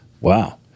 Wow